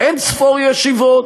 אין-ספור ישיבות,